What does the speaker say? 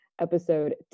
episode